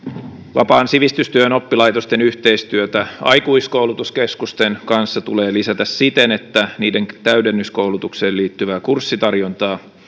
vapaan sivistystyön oppilaitosten yhteistyötä aikuiskoulutuskeskusten kanssa tulee lisätä siten että niiden täydennyskoulutukseen liittyvää kurssitarjontaa